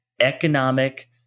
economic